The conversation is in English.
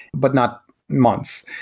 but not months.